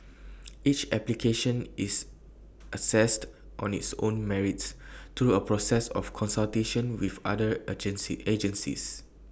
each application is assessed on its own merits through A process of consultation with other agencies